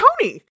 Tony